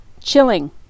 chilling